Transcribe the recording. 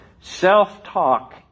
Self-talk